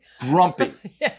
Grumpy